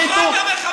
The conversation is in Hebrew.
עם משפחות המחבלים.